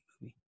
movie